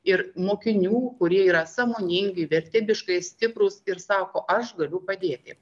ir mokinių kurie yra sąmoningi vertybiškai stiprūs ir sako aš galiu padėti